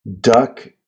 Duck